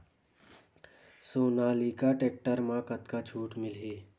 Sonalika tractor म कतका छूट मिलही?